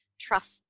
trust